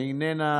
איננה.